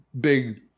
big